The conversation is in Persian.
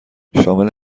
شامل